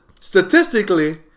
statistically